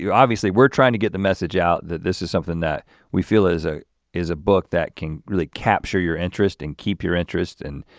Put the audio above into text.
obviously we're trying to get the message out that this is something that we feel is ah is a book that can really capture your interest, and keep your interest, and